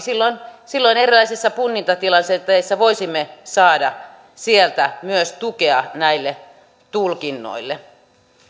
silloin silloin erilaisissa punnintatilanteissa voisimme saada sieltä myös tukea näille tulkinnoille